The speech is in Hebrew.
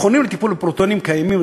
מכונים לטיפול בפרוטונים קיימים,